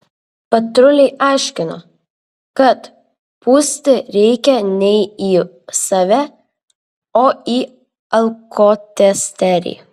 patruliai aiškino kad pūsti reikia ne į save o į alkotesterį